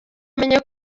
amenye